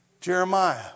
Jeremiah